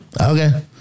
Okay